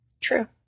True